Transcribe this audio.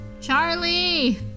Charlie